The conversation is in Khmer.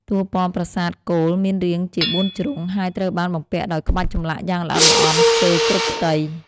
តួប៉មប្រាសាទគោលមានរាងជា បួនជ្រុង ហើយត្រូវបានបំពាក់ដោយក្បាច់ចម្លាក់យ៉ាងល្អិតល្អន់ស្ទើរគ្រប់ផ្ទៃ។